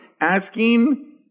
asking